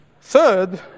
Third